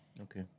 Okay